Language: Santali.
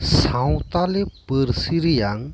ᱥᱟᱶᱛᱟᱞᱤ ᱯᱟᱹᱨᱥᱤ ᱨᱮᱱᱟᱜ